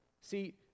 See